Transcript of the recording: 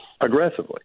aggressively